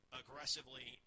aggressively